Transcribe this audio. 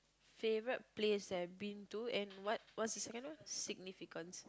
favourite place I been to and what what's the second one significance